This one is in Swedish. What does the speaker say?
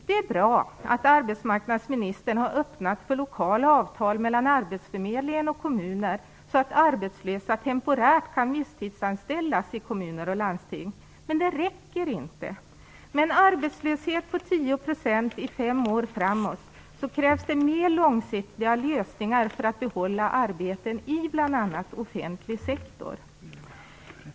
Det är bra att arbetsmarknadsministern öppnat för lokala avtal mellan arbetsförmedlingen och kommuner så att arbetslösa temporärt kan visstidsanställas i kommuner och landsting. Men det räcker inte, med en arbetslöshet på 10 % i fem år framåt krävs det mer långsiktiga lösningar för att behålla arbeten i bl.a.